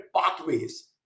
pathways